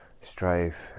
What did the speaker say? strife